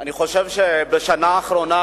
אני חושב שבשנה האחרונה,